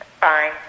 Fine